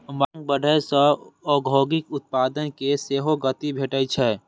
मांग बढ़ै सं औद्योगिक उत्पादन कें सेहो गति भेटै छै